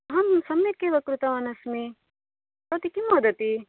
अहं सम्यक् एव कृतवान् अस्मि भवती किं वदति